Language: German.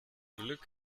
glück